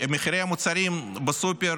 מחירי המוצרים בסופר